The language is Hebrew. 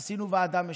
עשינו ועדה משותפת,